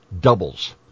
doubles